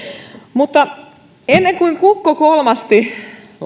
mutta ennen kuin kukko kolmasti